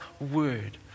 word